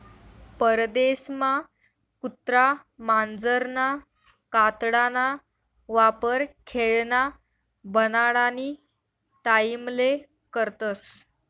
परदेसमा कुत्रा मांजरना कातडाना वापर खेयना बनाडानी टाईमले करतस